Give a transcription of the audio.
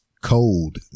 cold